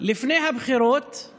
לפני הבחירות הוא